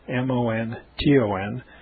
M-O-N-T-O-N